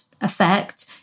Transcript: effect